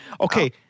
Okay